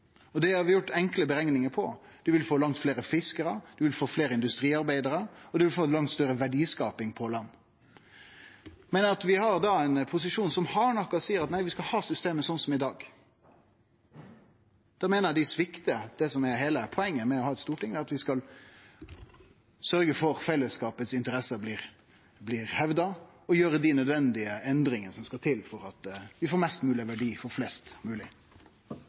Det har vi gjort enkle utrekningar på. Ein vil få langt fleire fiskarar. Ein vil få fleire industriarbeidarar, og ein vil få ei langt større verdiskaping på land. Men vi har ein posisjon som hardnakka seier at vi skal ha systemet slik som i dag. Da meiner eg dei sviktar det som er heile poenget med å ha eit storting – at vi skal sørgje for at fellesskapet sine interesser blir hevda, og gjere dei nødvendige endringane som skal til for at vi får mest mogleg verdi for flest